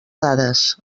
dades